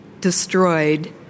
destroyed